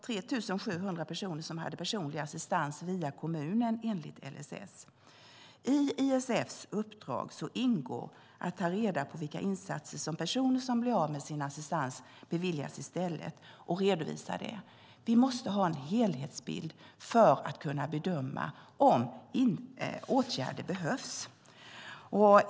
3 700 personer hade personlig assistans via kommunen enligt LSS. I ISF:s uppdrag ingår att ta reda på vilka insatser som personer som blir av med sin assistans beviljas i stället och redovisa det. Vi måste få en helhetsbild för att kunna bedöma om åtgärder behövs.